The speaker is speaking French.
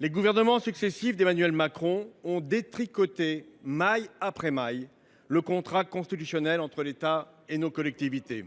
les gouvernements successifs d’Emmanuel Macron ont détricoté, maille après maille, le contrat constitutionnel entre l’État et nos collectivités.